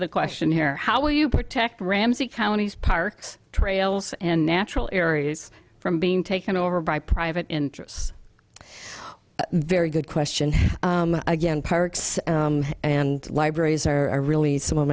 the question here how will you protect ramsey county's parks trails and natural areas from being taken over by private interests very good question again parks and libraries are really some of